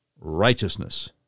righteousness